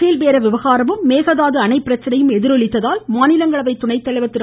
பேல் பேர விவகாரமும் மேகதாது அணை பிரச்சினையும் எதிரொலித்ததால் மாநிலங்களவை துணைத்தலைவர் திரு